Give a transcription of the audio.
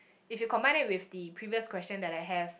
if you combine it with the previous question that I have